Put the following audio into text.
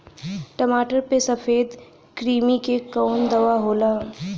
टमाटर पे सफेद क्रीमी के कवन दवा होला?